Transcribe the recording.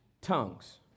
tongues